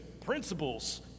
principles